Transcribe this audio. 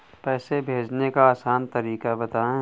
पैसे भेजने का आसान तरीका बताए?